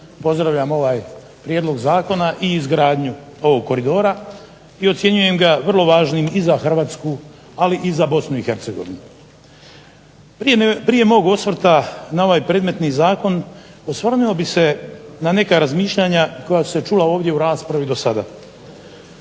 pozdravljam ovaj prijedlog zakona i izgradnju ovog koridora, i ocjenjujem ga vrlo važnim i za Hrvatsku, ali i za Bosnu i Hercegovinu. Prije mog osvrta na ovaj predmetni zakon, osvrnuo bih se na neka razmišljanja koja su se čula ovdje u raspravi do sada.